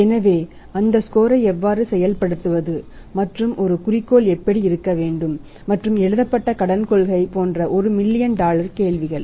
எனவே அந்த ஸ்கோரை எவ்வாறு செயல்படுத்துவது மற்றும் ஒரு குறிக்கோள் எப்படி இருக்க வேண்டும் மற்றும் எழுதப்பட்ட கடன் கொள்கை போன்ற ஒரு மில்லியன் டாலர் கேள்விகள்